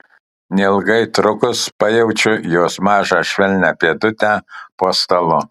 neilgai trukus pajaučiu jos mažą švelnią pėdutę po stalu